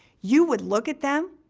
you would look at them,